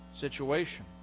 situation